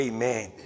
Amen